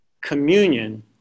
communion